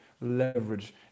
leverage